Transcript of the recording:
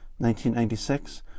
1996